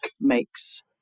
makes